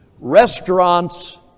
Restaurants